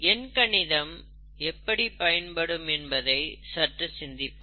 எண்கணிதம் எப்படி பயன்படும் என்பதை சற்று சிந்திப்போம்